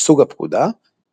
סוג הפקודה - תו,